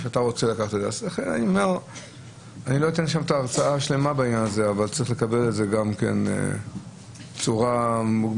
אני לא אתן הרצאה בעניין הזה אבל צריך לקבל את זה בצורה מוגבלת.